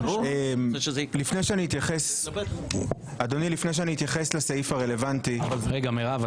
לפני שאני אתייחס לסעיף הרלוונטי --- מירב,